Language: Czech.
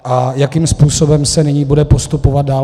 A jakým způsobem se nyní bude postupovat dál?